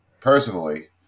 Personally